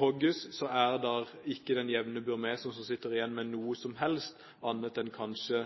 hogges, sitter ikke den jevne burmeser igjen med noe som helst annet enn kanskje